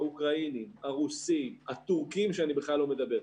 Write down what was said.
האוקראינים, הרוסים, הטורקים, שאני בכלל לא מדבר.